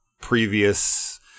previous